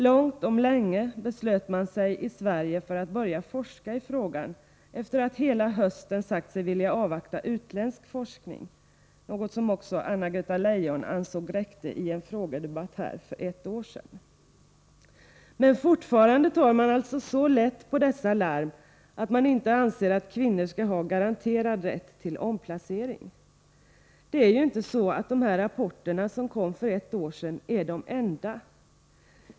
Långt om länge beslöt man sig i Sverige för att börja forska i frågan, efter att hela hösten sagt sig vilja avvakta utländsk forskning — något som också Anna-Greta Leijon i en frågedebatt för ett år sedan ansåg räckte. Men fortfarande tar man alltså så lätt på dessa larm att man inte anser att kvinnor skall ha garanterad rätt till omplacering. Dessa rapporter som kom för ett år sedan är ju inte de enda.